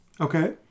Okay